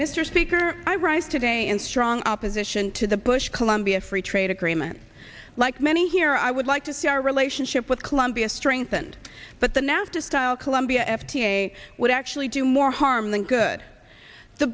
mr speaker i rise today in strong opposition to the bush colombia free trade agreement like many here i would like to see our relationship with colombia strengthened but the nafta style colombia f p a would actually do more harm than good the